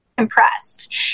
impressed